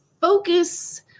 focus